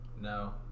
No